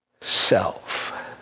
self